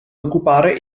occupare